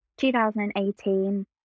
2018